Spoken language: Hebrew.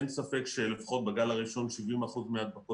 אין ספק שלפחות בגל הראשון 70% מההדבקות